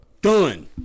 Done